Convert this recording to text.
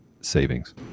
savings